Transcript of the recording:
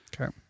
Okay